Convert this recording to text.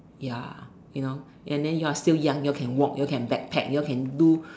ya you know and then you are still young you all can walk you all can backpack you all can do